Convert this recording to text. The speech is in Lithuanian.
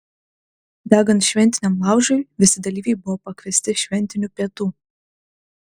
degant šventiniam laužui visi dalyviai buvo pakviesti šventinių pietų